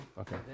Okay